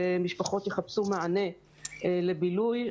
משפחות יחפשו מענה לבילוי.